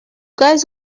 guys